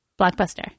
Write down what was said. Blockbuster